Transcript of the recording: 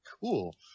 cool